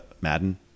Madden